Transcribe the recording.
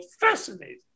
fascinating